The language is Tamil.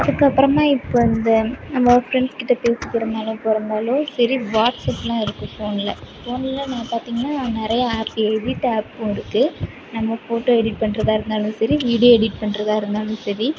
அதுக்கு அப்புறமா இப்போ இந்த நம்ம ஃப்ரெண்ட்ஸ் கிட்ட பேச போறதுன்னாலோ போறதுன்னாலோ சரி வாட்ஸ்அப்லாம் இருக்கு ஃபோனில் ஃபோனில் இப்போ பார்த்திங்கனா நிறையா ஆப்ஸ் எடிட் ஆப்பும் இருக்கு நம்ம ஃபோட்டோ எடிட் பண்ணுறதா இருந்தாலும் சரி வீடியோ எடிட் பண்ணுறதா இருந்தாலும் சேரி